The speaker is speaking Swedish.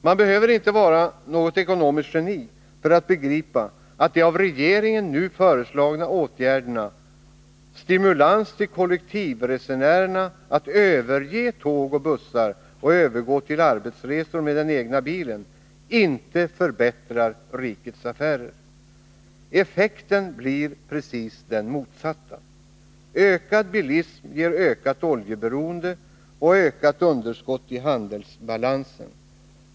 Man behöver inte vara något ekonomiskt geni för att begripa att de av regeringen nu föreslagna åtgärderna — stimulans till kollektivresenärerna att överge tåg och bussar och övergå till arbetsresor med den egna bilen — inte förbättrar rikets affärer. Effekten blir den motsatta. Ökad bilism ger ökat oljeberoende och ökat underskott i handelsbalansen.